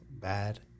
bad